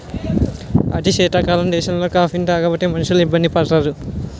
అతి శీతల దేశాలలో కాఫీని తాగకపోతే మనుషులు ఇబ్బంది పడతారు